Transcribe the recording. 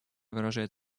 выражает